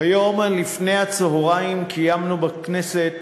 היום לפני הצהריים קיימנו בכנסת